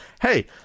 hey